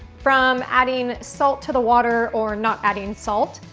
from adding salt to the water or not adding salt,